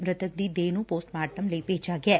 ਮ੍ਰਿਤਕ ਦੀ ਦੇਹ ਨੁੰ ਪੋਸਟ ਮਾਰਟਮ ਲਈ ਭੇਜਿਆ ਗਿਐ